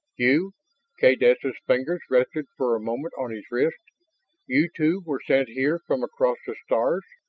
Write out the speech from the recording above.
you kaydessa's fingers rested for a moment on his wrist you, too, were sent here from across the stars.